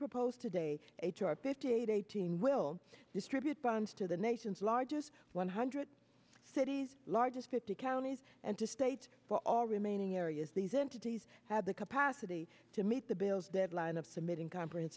proposed today h r fifty eight eighteen will distribute funds to the nation's largest one hundred cities largest fifty counties and to state for all remaining areas these entities have the capacity to meet the bills deadline of submitting conference